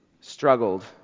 struggled